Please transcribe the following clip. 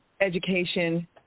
education